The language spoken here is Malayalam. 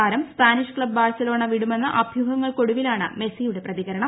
താരം സ്പാനിഷ് ക്ലബ് ബാഴ്സലോണ വിടുമെന്ന അഭ്യൂഹങ്ങൾക്ക് ഒടുവിലാണ് മെസ്സിയുടെ പ്രതികരണം